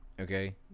Okay